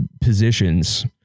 positions